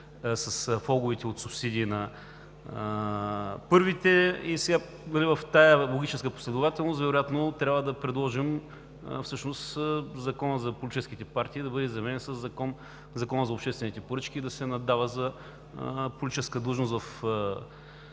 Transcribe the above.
влоговете от субсидии на първите, и в тази логическа последователност вероятно трябва да предложим Законът за политическите партии да бъде заменен със Закона за обществените поръчки и да се наддава за политическа длъжност в